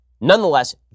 Nonetheless